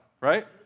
right